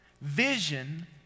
vision